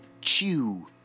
chew